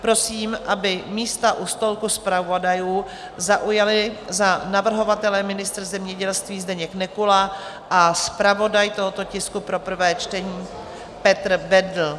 Prosím, aby místa u stolku zpravodajů zaujali za navrhovatele ministr zemědělství Zdeněk Nekula a zpravodaj tohoto tisku pro prvé čtení Petr Bendl.